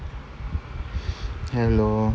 hello